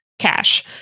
cash